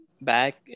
back